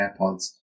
AirPods